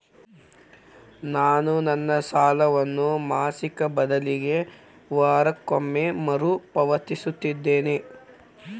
ನಾನು ನನ್ನ ಸಾಲವನ್ನು ಮಾಸಿಕ ಬದಲಿಗೆ ವಾರಕ್ಕೊಮ್ಮೆ ಮರುಪಾವತಿಸುತ್ತಿದ್ದೇನೆ